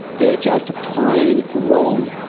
they're just plain wrong.